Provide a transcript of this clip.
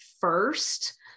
first